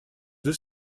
deux